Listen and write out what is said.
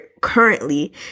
currently